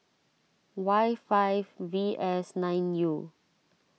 Y five V S nine U